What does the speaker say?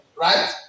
Right